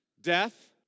Death